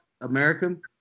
American